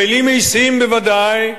בלי משים בוודאי,